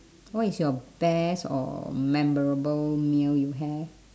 what is your best or memorable meal you have